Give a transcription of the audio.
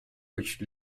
which